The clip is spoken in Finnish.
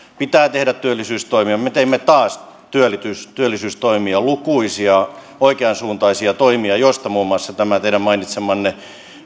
pitää tehdä työllisyystoimia me teimme taas työllisyystoimia lukuisia oikeansuuntaisia toimia joista muun muassa tämä teidän mainitsemanne